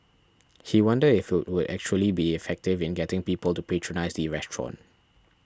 he wondered if it would actually be effective in getting people to patronise the restaurant